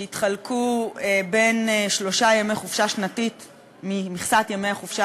שיתחלקו בין שלושה ימי חופשה שנתית ממכסת ימי החופשה